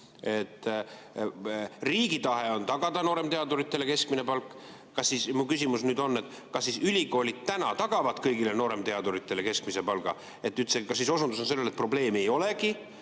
Riigi tahe on tagada nooremteaduritele keskmine palk. Mu küsimus: kas siis ülikoolid nüüd tagavad kõigile nooremteaduritele keskmise palga. Kas siis osundus on sellele, et probleemi ei olegi?